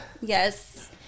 Yes